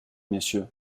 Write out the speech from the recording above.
messieurs